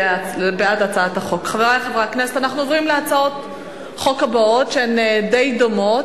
בעד הצביעו 16, לא היו מתנגדים ולא היו נמנעים.